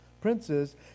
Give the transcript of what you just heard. princes